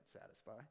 satisfy